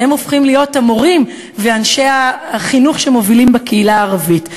שהם הופכים להיות המורים ואנשי החינוך שמובילים בקהילה הערבית.